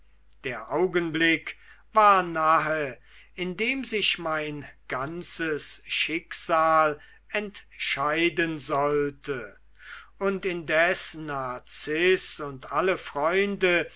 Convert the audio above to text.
der augenblick war nahe in dem sich mein ganzes schicksal entscheiden sollte und indes narziß und alle freunde